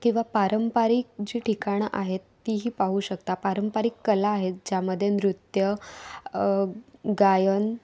किंवा पारंपारिक जी ठिकाणं आहेत तीही पाहू शकता पारंपारिक कला आहेत ज्यामध्ये नृत्य गायन